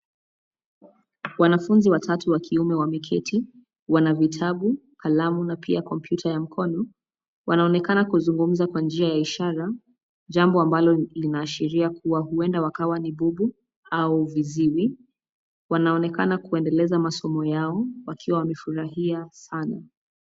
Wanafunzi watatu wa kiume wameketi; wana vitabu, kalamu na pia kompyuta ya mkono. Wanaonekana kuzungumza kwa njia ya ishara; jambo ambalo linaashiria kuwa huenda ni bubu au viziwi. Wanaonekana kuendeleza masomo yao wakiwa wamefurahia sana.